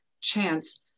chance